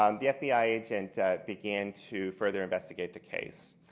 um the fbi agent began to further investigate the case.